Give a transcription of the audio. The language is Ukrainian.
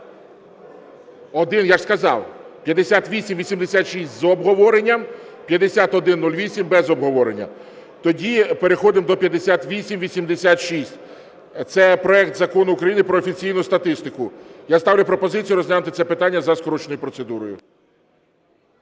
я ж сказав: 5886 – з обговоренням, 5108 – без обговорення. Тоді переходимо до 5886, це проект Закону України про офіційну статистику. Я ставлю пропозицію розглянути це питання за скороченою процедурою.